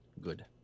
Good